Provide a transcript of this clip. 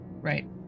Right